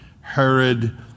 Herod